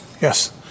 Yes